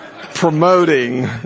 promoting